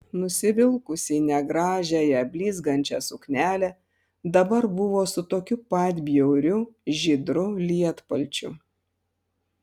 nusivilkusi negražiąją blizgančią suknelę dabar buvo su tokiu pat bjauriu žydru lietpalčiu